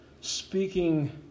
speaking